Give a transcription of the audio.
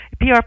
PR